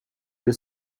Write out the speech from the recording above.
you